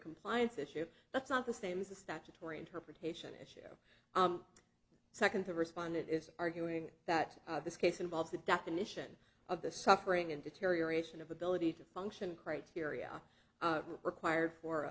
compliance issue that's not the same as the statutory interpretation issue second the respondent is arguing that this case involves the definition of the suffering and deterioration of ability to function criteria required for